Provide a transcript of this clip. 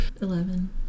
Eleven